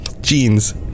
jeans